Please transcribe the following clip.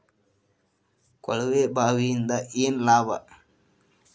ಕೊಳವೆ ಬಾವಿಯಿಂದ ಏನ್ ಲಾಭಾ?